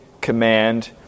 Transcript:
command